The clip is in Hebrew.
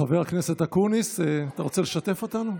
חבר הכנסת אקוניס, אתה רוצה לשתף אותנו,